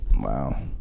Wow